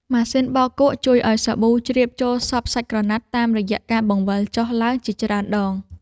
ម៉ាស៊ីនបោកគក់ជួយឱ្យសាប៊ូជ្រាបចូលសព្វសាច់ក្រណាត់តាមរយៈការបង្វិលចុះឡើងជាច្រើនដង។